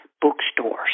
bookstores